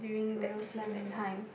real sense